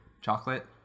chocolate